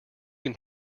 can